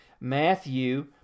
Matthew